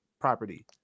property